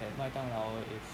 that 麦当劳 is